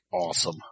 Awesome